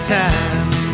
time